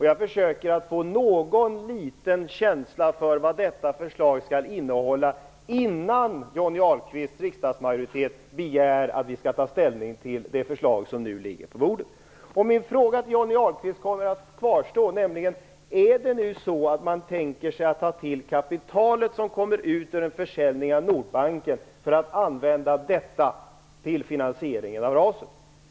Jag försöker få någon liten känsla för vad detta förslag skall innehålla innan Johnny Ahlqvists riksdagsmajoritet begär att vi skall ta ställning till det förslag som nu ligger på bordet. Min fråga till Johnny Ahlqvist kommer att kvarstå, nämligen: Är det nu så att man tänker sig att ta till kapitalet som kommer ut ur en försäljning av Nordbanken och använda till finansieringen av RAS:et?